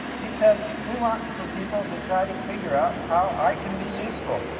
he said, we want for people to try to figure out how i can be useful.